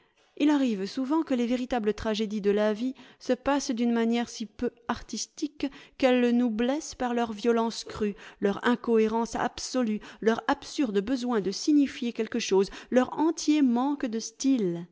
il arrive souvent que les véritables tragédies de la vie se passent d'une manière si peu artistique qu'elles nous blessent par leur violence crue leur incohérence absolue leur absurde besoin de signifier quelque chose leur entier manque de style